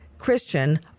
Christian